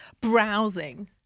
Browsing